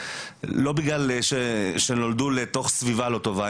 לא בגלל שנולדו לתוך סביבה לא טובה,